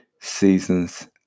seasons